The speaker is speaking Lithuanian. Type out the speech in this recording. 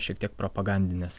šiek tiek propagandinės